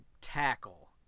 tackle